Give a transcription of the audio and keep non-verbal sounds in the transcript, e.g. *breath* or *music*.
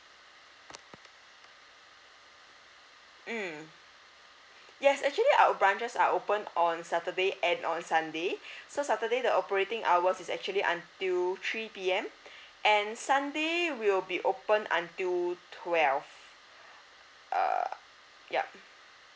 mm yes actually our branches are open on saturday and on sunday *breath* so saturday the operating hours is actually until three P_M *breath* and sunday we'll be open until twelve err yup